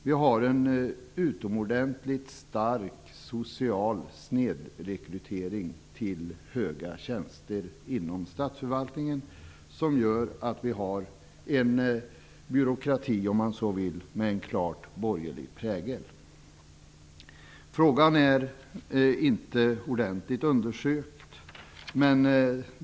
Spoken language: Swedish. Vi har en utomordentligt stark social snedrekrytering till höga tjänster inom statsförvaltningen, som gör att vi har en byråkrati med en klart borgerlig prägel. Frågan är inte ordentligt undersökt.